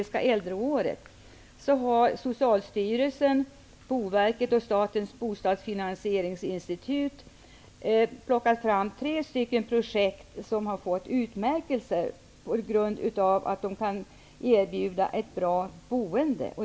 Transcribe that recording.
Socialstyrelsen, Boverket och Statens bostadsfinansieringsinstitut plockat fram tre projekt som har fått utmärkelser på grund av att de kan erbjuda ett bra boende.